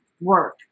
work